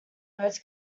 boats